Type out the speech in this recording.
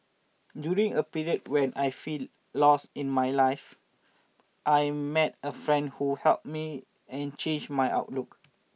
during a period when I feel lost in my life I met a friend who helped me and changed my outlook